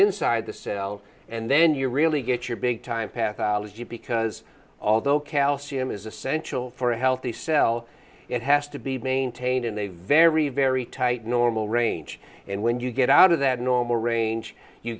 inside the cell and then you really get your big time path ology because although calcium is essential for a healthy cell it has to be maintained in a very very tight normal range and when you get out of that normal range you